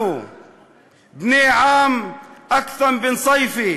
אנחנו בני עם אכת'ם בן סייפי,